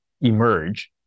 emerge